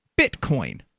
Bitcoin